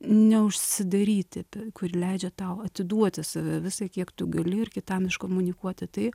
neužsidaryti kuri leidžia tau atiduoti save visą kiek tu gali ir kitam iškomunikuoti tai